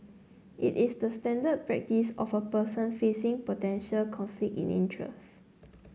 it is the standard practice of a person facing potential conflict in interest